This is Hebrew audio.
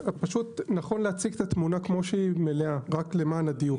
נכון להציג את התמונה המלאה כמו שהיא למען הדיוק.